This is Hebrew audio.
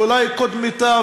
ואולי של קודמתה,